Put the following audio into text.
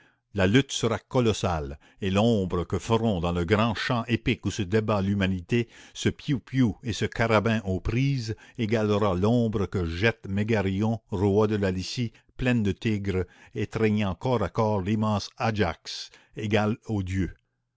la lutte sera colossale et l'ombre que feront dans le grand champ épique où se débat l'humanité ce pioupiou et ce carabin aux prises égalera l'ombre que jette mégaryon roi de la lycie pleine de tigres étreignant corps à corps l'immense ajax égal aux dieux